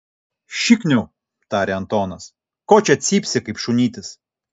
šikniau tarė antonas ko čia cypsi kaip šunytis